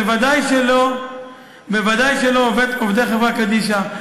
ודאי שלא עובדי חברה קדישא.